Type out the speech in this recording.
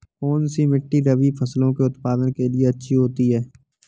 कौनसी मिट्टी रबी फसलों के उत्पादन के लिए अच्छी होती है?